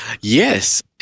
Yes